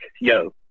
yo